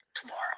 tomorrow